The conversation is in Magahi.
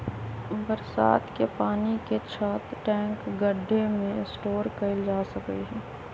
बरसात के पानी के छत, टैंक, गढ्ढे में स्टोर कइल जा सका हई